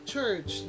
Church